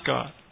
God